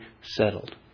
settled